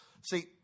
See